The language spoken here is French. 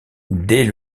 dès